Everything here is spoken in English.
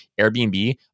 Airbnb